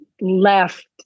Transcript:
left